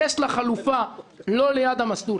יש לה חלופה לא ליד המסלול.